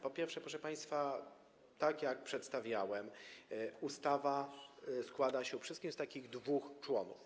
Po pierwsze, proszę państwa, tak jak przedstawiałem, ustawa składa się przede wszystkim z takich dwóch członów.